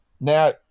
Now